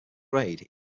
grade